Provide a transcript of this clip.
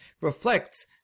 reflects